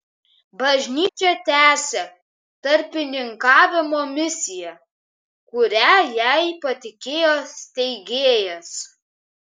bažnyčia tęsia tarpininkavimo misiją kurią jai patikėjo steigėjas